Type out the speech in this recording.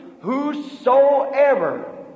whosoever